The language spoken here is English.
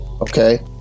Okay